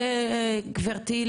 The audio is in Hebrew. גברתי,